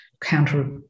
counter